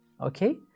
okay